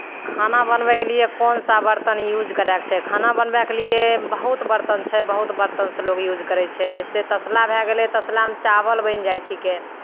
खाना बनबैके लिए कोन सा बरतन यूज करयके चाही खाना बनबैके लिए बहुत बरतन छै बहुत बरतनसँ लोक यूज करै छै जैसे तसला भए गेलै तसलामे चावल बनि जाइ छिकै